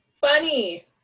funny